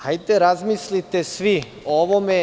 Hajde, razmislite svi o ovome.